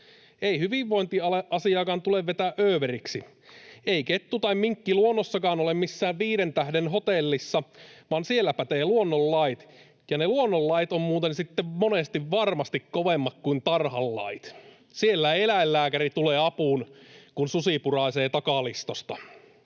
Ei hyvinvointiasiaakaan tule vetää överiksi. Ei kettu tai minkki luonnossakaan ole missään viiden tähden hotellissa, vaan siellä pätevät luonnonlait, ja ne luonnonlait ovat muuten sitten monesti varmasti kovemmat kuin tarhan lait. Siellä ei eläinlääkäri tulee apuun, kun susi puraisee takalistosta.